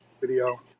video